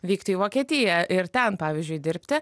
vykti į vokietiją ir ten pavyzdžiui dirbti